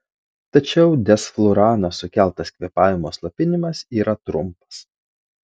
tačiau desflurano sukeltas kvėpavimo slopinimas yra trumpas